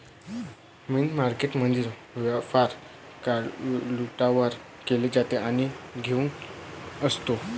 मनी मार्केटमधील व्यापार काउंटरवर केला जातो आणि घाऊक असतो